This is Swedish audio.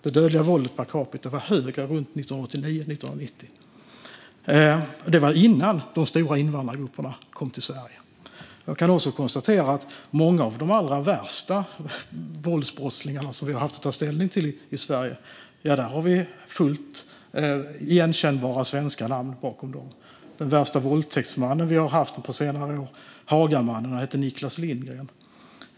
Det dödliga våldet per capita var högre runt 1989-1990, och det var innan de stora invandrargrupperna kom till Sverige. Jag kan också konstatera att många av de allra värsta våldsbrottslingar som vi har haft att ta ställning till i Sverige har fullt igenkännbara svenska namn. Den värsta våldtäktsman vi haft på senare år, Hagamannen, hette Niklas Lindgren.